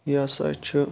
یہِ ہَسا چھُ